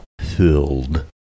filled